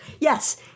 yes